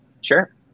Sure